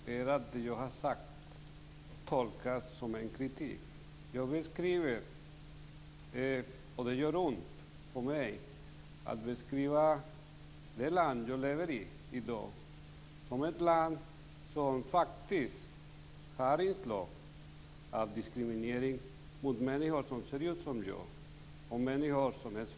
Fru talman! Det minsta jag vill är att det jag har sagt tolkas som kritik. Jag beskriver bara, och det gör ont för mig att beskriva det land jag lever i i dag som ett land som faktiskt har inslag av diskriminering mot människor som ser ut som jag och mot människor som är svarta.